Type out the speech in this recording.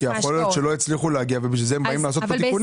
כי יכול להיות שלא הצליחו להגיע ובשביל זה הם באים לעשות פה תיקונים.